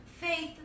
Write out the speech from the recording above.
faith